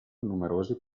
numerosi